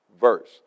verse